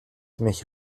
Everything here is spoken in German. mich